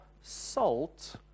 salt